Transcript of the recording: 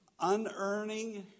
unearning